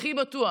הכי בטוח,